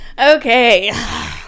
okay